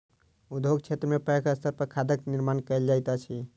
उद्योग क्षेत्र में पैघ स्तर पर खादक निर्माण कयल जाइत अछि